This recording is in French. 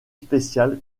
spécial